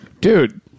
Dude